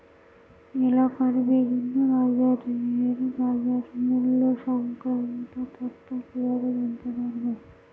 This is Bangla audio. এলাকার বিভিন্ন বাজারের বাজারমূল্য সংক্রান্ত তথ্য কিভাবে জানতে পারব?